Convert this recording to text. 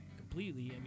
completely